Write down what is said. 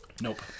Nope